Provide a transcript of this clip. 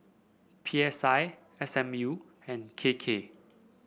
P S I S M U and K K